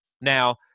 Now